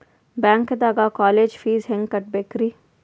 ಬ್ಯಾಂಕ್ದಾಗ college fees ಹೆಂಗ್ ಕಟ್ಟ್ಬೇಕ್ರಿ?